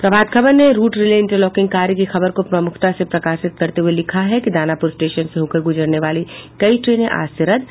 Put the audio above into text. प्रभात खबर ने route relay interlocking कार्य की खबर को प्रमुखता से प्रकाशित करते हुये लिखा है दानापुर स्टेशन से होकर गुजरने वाली कई ट्रेने आज से रद्द